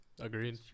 agreed